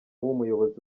umuyobozi